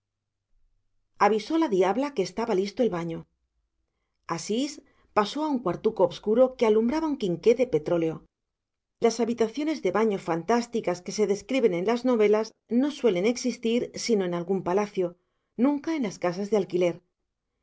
avisó la diabla que estaba listo el baño asís pasó a un cuartuco obscuro que alumbraba un quinqué de petróleo las habitaciones de baño fantásticas que se describen en las novelas no suelen existir sino en algún palacio nunca en las casas de alquiler